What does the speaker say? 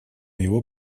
его